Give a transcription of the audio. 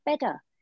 better